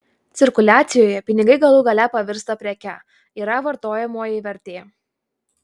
cirkuliacijoje pinigai galų gale pavirsta preke yra vartojamoji vertė